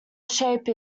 shape